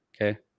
Okay